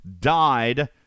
died